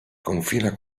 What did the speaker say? confina